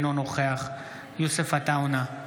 אינו נוכח יוסף עטאונה,